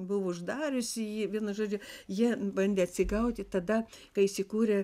buvo uždariusi jį vienu žodžiu jie bandė atsigauti tada kai įsikūrė